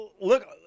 look –